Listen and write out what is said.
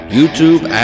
YouTube